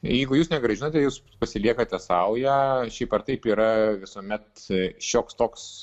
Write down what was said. jeigu jūs negrąžinote jūs pasiliekate sau ją šiaip ar taip yra visuomet šioks toks